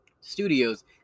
studios